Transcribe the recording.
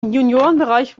juniorenbereich